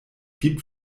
gibt